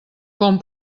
com